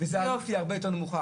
וזה כמעט לא ניתן לוויכוח.